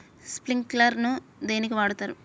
Sprinkler ను దేనికి వాడుతరు?